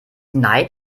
neid